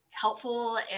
helpful